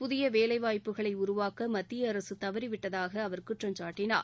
புதிய வேலைவாய்ப்புகளை உருவாக்க மத்திய அரசு தவறிவிட்டதாக அவர் குற்றம் சாட்டி கார்